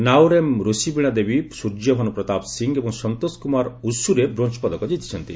ନାଓରେମ୍ ରୋଷିବୀଣା ଦେବୀ ସୂର୍ଯ୍ୟଭାନୁ ପ୍ରତାପ ସି ଏବଂ ସନ୍ତୋଷକୁମାର ଉସୁରେ ବ୍ରୋଞ୍ଜ ପଦକ ଜିତିଚ୍ଛନ୍ତି